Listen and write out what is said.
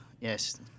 Yes